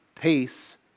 peace